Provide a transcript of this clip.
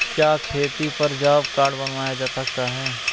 क्या खेती पर जॉब कार्ड बनवाया जा सकता है?